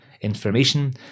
information